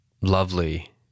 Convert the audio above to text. lovely